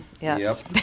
Yes